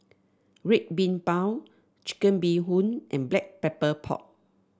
Red Bean Bao Chicken Bee Hoon and Black Pepper Pork